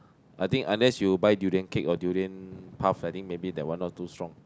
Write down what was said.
I think unless you buy durian cake or durian puff I think maybe that one not too strong